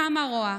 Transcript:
כמה רוע.